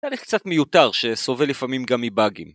הלך קצת מיותר, שסובל לפעמים גם מבאגים.